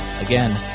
Again